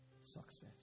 success